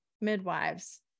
midwives